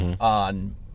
on